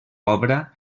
obra